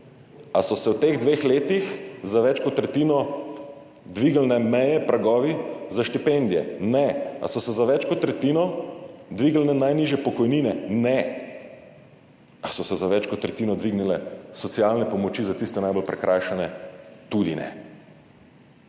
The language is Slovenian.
Ali so se v teh dveh letih za več kot tretjino dvignile meje, pragovi za štipendije? Ne. Ali so se za več kot tretjino dvignile najnižje pokojnine? Ne. Ali so se za več kot tretjino dvignile socialne pomoči za tiste najbolj prikrajšane? Tudi ne.